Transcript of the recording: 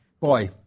Boy